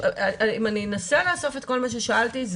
אם אני אנסה לאסוף את כל מה ששאלתי,